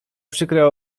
przykre